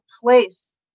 place